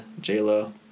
J-Lo